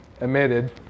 emitted